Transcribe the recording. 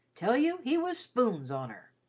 tell you, he was spoons on her.